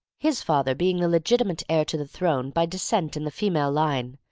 his father being the legitimate heir to the throne by descent in the female line,